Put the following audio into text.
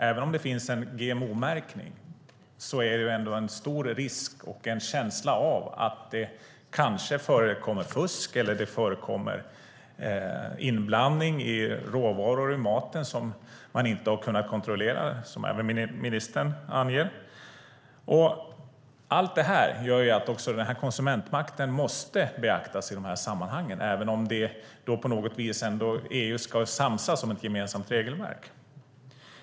Även om det finns en GMO-märkning finns det ändå en stor risk för, och känsla av att det förekommer, fusk, till exempel inblandning i råvaror i maten som de inte har kunnat kontrollera, som även ministern anger. Allt detta gör att konsumentmakten måste beaktas i sammanhangen, även om EU på något vis ska samsas om ett gemensamt regelverk.